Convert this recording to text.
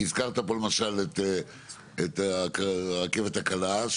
כי הזכרת פה למשל את הרכבת הקלה,